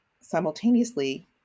simultaneously